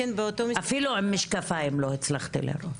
אפילו עם משקפיים לא הצלחתי לראות,